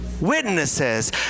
witnesses